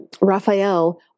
Raphael